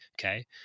Okay